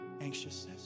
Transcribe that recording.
anxiousness